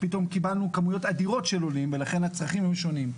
פתאום קיבלנו כמויות אדירות של עולים ולכן הצרכים היו שונים.